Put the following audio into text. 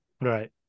Right